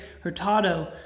Hurtado